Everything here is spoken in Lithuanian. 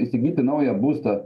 įsigyti naują būstą